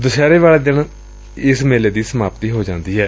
ਦੁਸਹਿਰੇ ਵਾਲੇ ਦਿਨ ਇਸ ਮੇਲੇ ਦੀ ਸਮਾਪਤੀ ਹੁੰਦੀ ਏ